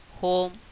home